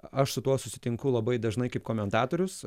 aš su tuo susitinku labai dažnai kaip komentatorius